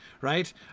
Right